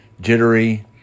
jittery